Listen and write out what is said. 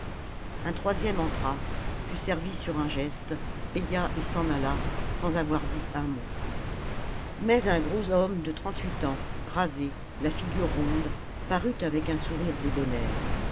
un troisième entra fut servi sur un geste paya et s'en alla sans avoir dit un mot mais un gros homme de trente-huit ans rasé la figure ronde parut avec un sourire